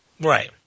Right